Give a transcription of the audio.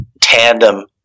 tandem